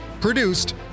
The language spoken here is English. Produced